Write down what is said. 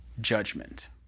judgment